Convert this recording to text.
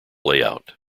layout